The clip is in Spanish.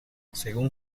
según